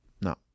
No